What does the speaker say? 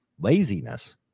laziness